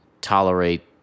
tolerate